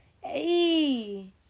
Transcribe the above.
Hey